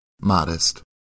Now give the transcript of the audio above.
modest